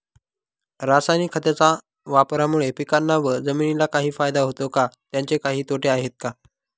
रासायनिक खताच्या वापरामुळे पिकांना व जमिनीला काही फायदा होतो का? त्याचे काही तोटे आहेत का?